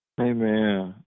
Amen